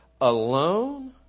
alone